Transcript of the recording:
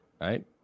right